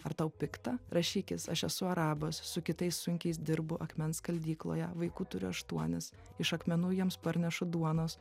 ar tau pikta rašykis aš esu arabas su kitais sunkiais dirbu akmens skaldykloje vaikų turiu aštuonis iš akmenų jiems parnešu duonos